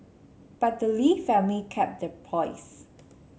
but the Lee family kept their poise